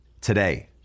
today